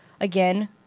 Again